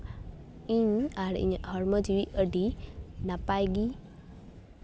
ᱤᱧ ᱟᱨ ᱤᱧᱟᱹᱜ ᱦᱚᱲᱢᱚ ᱡᱤᱣᱤ ᱟᱹᱰᱤ ᱱᱟᱯᱟᱭᱜᱮ